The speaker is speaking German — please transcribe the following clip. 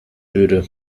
öde